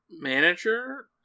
manager